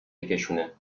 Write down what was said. بکشاند